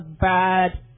bad